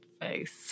face